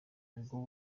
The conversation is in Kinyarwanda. ubwo